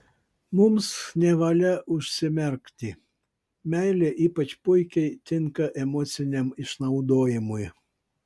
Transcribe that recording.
mums nevalia užsimerkti meilė ypač puikiai tinka emociniam išnaudojimui